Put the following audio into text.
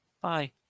Bye